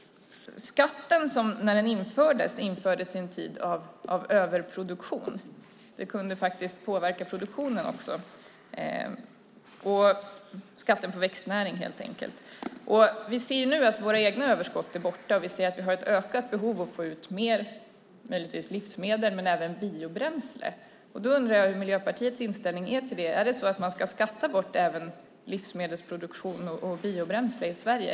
Skatten på växtnäring infördes i en tid av överproduktion. Den kunde påverka produktionen också. Våra egna överskott är nu borta, och vi har ett ökat behov av att få ut mer livsmedel men även biobränsle. Jag undrar vilken Miljöpartiets inställning är till detta. Är det så att man ska skatta bort även livsmedelsproduktion och biobränsle i Sverige?